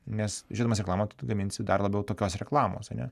nes žiūrėdamas reklamą tai tu gaminsi dar labiau tokios reklamos ane